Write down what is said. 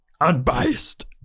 Unbiased